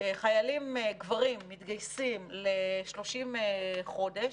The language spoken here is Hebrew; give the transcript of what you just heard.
חיילים גברים מתגייסים ל-30 חודש,